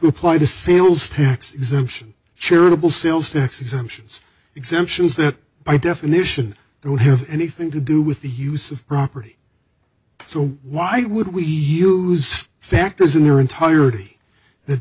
apply to sales tax exemption charitable sales tax exemptions exemptions that by definition don't have anything to do with the use of property so why would we use factors in their entirety that